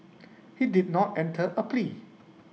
he did not enter A plea